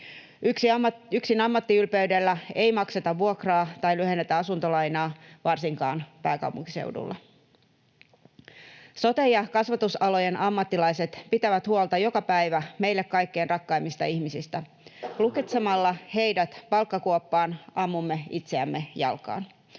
Yksin ammattiylpeydellä ei makseta vuokraa tai lyhennetä asuntolainaa, varsinkaan pääkaupunkiseudulla. Sote- ja kasvatusalojen ammattilaiset pitävät huolta joka päivä meille kaikkein rakkaimmista ihmisistä. Lukitsemalla heidät palkkakuoppaan ammumme itseämme jalkaan.